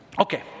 Okay